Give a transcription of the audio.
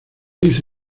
dice